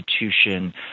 institution